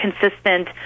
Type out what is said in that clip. consistent